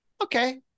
okay